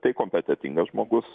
tai kompetentingas žmogus